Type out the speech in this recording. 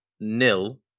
nil